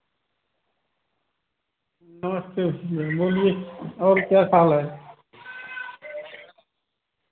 नमस्ते भैया बोलिए और कैसा है